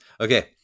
okay